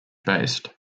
based